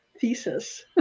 thesis